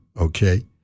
okay